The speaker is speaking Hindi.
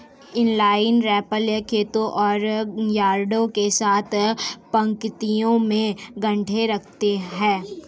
इनलाइन रैपर खेतों और यार्डों के साथ पंक्तियों में गांठें रखता है